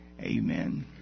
Amen